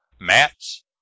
mats